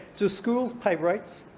do schools pay rates?